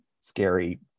scary